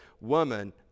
woman